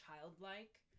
childlike